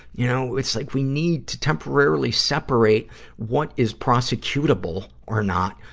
you know, it's like we need to temporarily separate what is prosecutable or not,